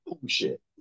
bullshit